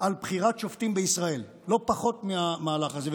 על בחירת שופטים בישראל, לא פחות מהמהלך הזה.